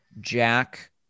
Jack